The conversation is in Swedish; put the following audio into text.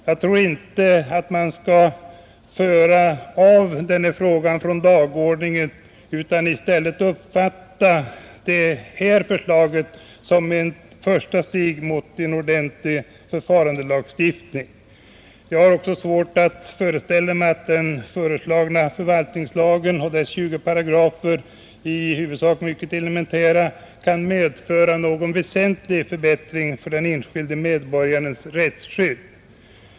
Jag tror inte att man skall avföra den här frågan från dagordningen utan i stället uppfatta förslaget i dag som ett första steg mot en ordentlig förfarandelagstiftning. Jag har svårt att föreställa mig att den föreslagna förvaltningslagens 20 paragrafer med i huvudsak mycket elementärt innehåll kan medföra någon väsentlig förbättring av den enskilde medborgarens rättsskydd.